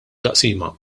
taqsima